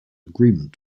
agreement